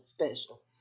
special